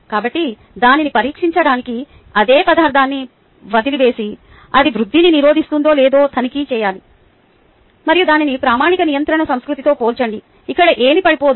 కాబట్టి దానిని పరీక్షించడానికి అదే పదార్థాన్ని వదిలివేసి అది వృద్ధిని నిరోధిస్తుందో లేదో తనిఖీ చేయాలి మరియు దానిని ప్రామాణిక నియంత్రణ సంస్కృతితో పోల్చండి ఇక్కడ ఏమీ పడిపోదు